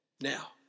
Now